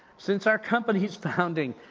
since our company's founding,